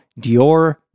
Dior